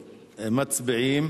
מצביעים.